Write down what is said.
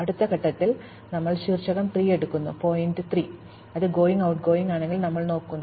അടുത്ത ഘട്ടത്തിൽ ഞങ്ങൾ ശീർഷകം 3 എടുക്കുന്നു അത് going ട്ട്ഗോയിംഗ് അയൽക്കാരാണെന്ന് ഞങ്ങൾ നോക്കുന്നു